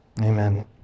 Amen